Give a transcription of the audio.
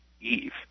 Eve